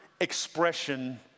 expression